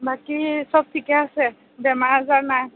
বাকী সব ঠিকে আছে বেমাৰ আজাৰ নাই